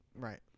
Right